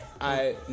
I-